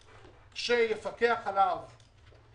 צפון או יפקח עליו ארז קמיניץ